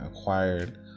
acquired